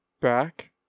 back